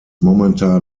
momentan